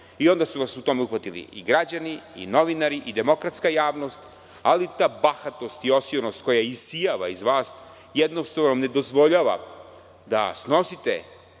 i onda su vas u tome uhvatili i građani i novinari i demokratska javnost. Ali, ta bahatost i osionost koja isijava iz vas jednostavno vam ne dozvoljava da snosite